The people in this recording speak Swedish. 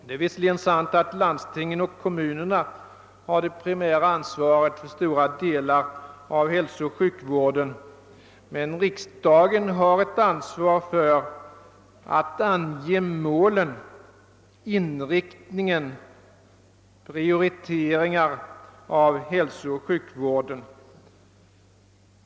Det är visserligen sant att landstingen och kommunerna har det primära ansvaret för stora delar av hälsooch sjukvården, men riksdagen har ett ansvar för att ange målen, inriktningen och prioriteringarna inom hälsooch sjukvården.